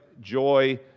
joy